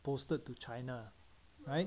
posted to china right